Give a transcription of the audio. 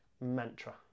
mantra